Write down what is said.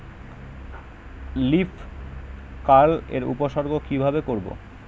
Leaf curl এর উপসর্গ কিভাবে করব?